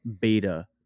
beta